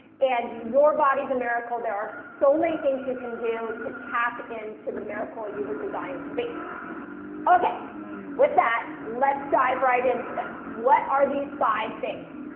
and your body is a miracle. there are so many things you can do to tap into the miracle you were designed to be okay with that. let's dive right into this. what are these five things?